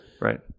Right